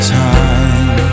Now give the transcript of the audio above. time